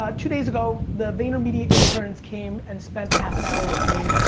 ah two days ago, the vaynermedia interns came and spent a half an hour with me.